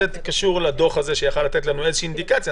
זה קשור לדוח הזה שיכול היה לתת לנו איזו אינדיקציה,